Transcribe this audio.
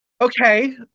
Okay